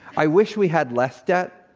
i wish we had less debt.